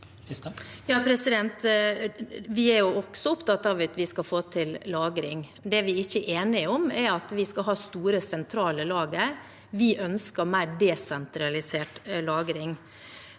Vi er også opptatt av at vi skal få til lagring. Det vi ikke er enig i, er at vi skal ha store sentrale lagre; vi ønsker mer desentralisert lagring.